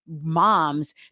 moms